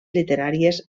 literàries